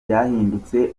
byahindutse